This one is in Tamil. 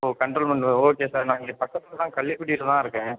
ஓ கன்ரோல்மெண்ட் ஓ ஓகே சார் நான் இங்கே பக்கத்தில் தான் கள்ளிப்பட்டியில் தான் இருக்கேன்